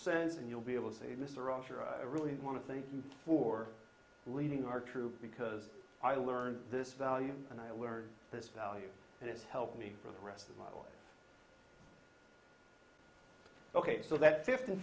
sense and you'll be able to really want to thank you for leaving our troops because i learned this value and i learned this value and it's helped me for the rest of my boy ok so that fifth and